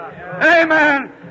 Amen